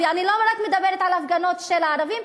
ואני לא מדברת רק על ההפגנות של הערבים,